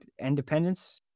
independence